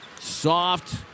Soft